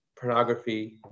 pornography